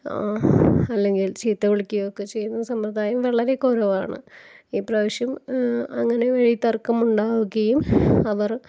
അല്ലെങ്കില് ചീത്ത വിളിക്കുകയൊക്കെ ചെയ്യുന്ന സമ്പ്രദായം വളരെ കുറവാണ് ഇപ്രാവശ്യം അങ്ങനെ വഴി തര്ക്കം ഉണ്ടാക്കിയും അവര്